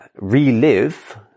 relive